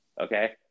okay